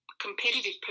competitive